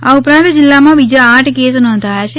આ ઉપરાંત જિલ્લામાં બીજા આઠ કેસ નોંધાયા છે